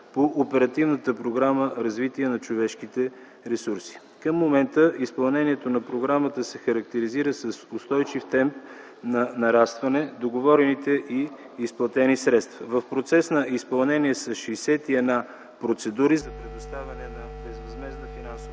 по оперативната програма „Развитие на човешките ресурси”. Към момента изпълнението на програмата се характеризира с устойчив темп на нарастване, договорените и изплатени средства. В процес на изпълнение са 61 процедури за предоставяне на безвъзмездна финансова